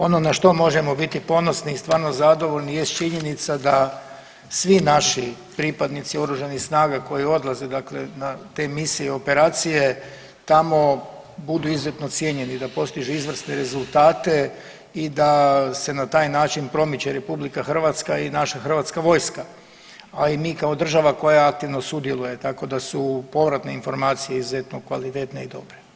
Ono na što možemo biti ponosni i stvarno zadovoljni jest činjenica da svi naši pripadnici Oružanih snaga koji odlaze dakle na te misije i operacije tamo budu izuzetno cijenjeni, da postižu izvrsne rezultate i da se na taj način promiče RH i naša hrvatska vojska, a i mi kao država koja aktivo sudjeluje tako da su povratne informacije izuzetno kvalitetne i dobre.